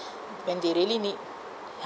when they really need